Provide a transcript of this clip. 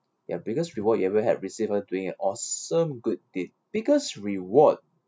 your biggest reward you ever have received doing awesome good deed biggest reward